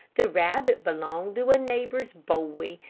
the rabbit belonged to a neighbor's boy,